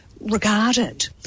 regarded